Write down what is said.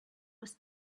was